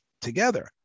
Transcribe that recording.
together